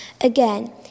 Again